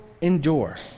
endure